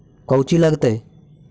कौची लगतय?